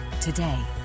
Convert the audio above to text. today